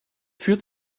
führt